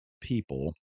people